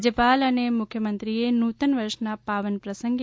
રાજ્યપાલ અને મુખ્યમંત્રીએ નૂતનવર્ષના પાવન પ્રસંગે